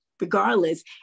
regardless